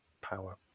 power